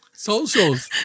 socials